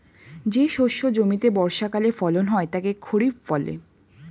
যে শস্য জমিতে বর্ষাকালে ফলন হয় তাকে খরিফ বলে